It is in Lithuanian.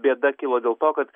bėda kilo dėl to kad